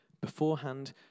beforehand